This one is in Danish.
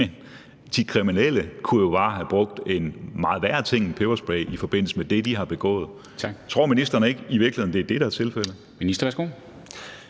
Men de kriminelle kunne jo bare have brugt en meget værre ting end peberspray i forbindelse med det, de har begået. Tror ministeren i virkeligheden ikke, at det er det, der er tilfældet?